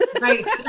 Right